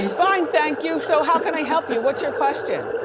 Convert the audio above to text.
and fine thank you. so how can i help you? what's your question?